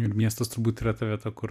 ir miestas turbūt yra ta vieta kur